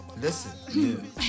Listen